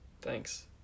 Thanks